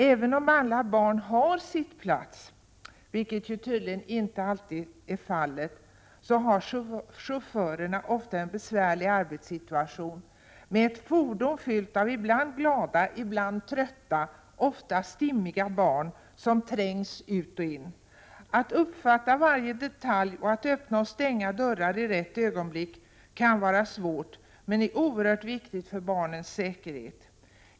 Även om alla barn har sittplats — vilket tydligen inte alltid är fallet — har chaufförerna ofta en besvärlig arbetssituation, med ett fordon fyllt av ibland glada, ibland trötta, ofta stimmiga barn som trängs ut och in. Att uppfatta varje detalj och att öppna och stänga dörrar i rätt ögonblick kan vara svårt, men det är oerhört viktigt för barnens säkerhet.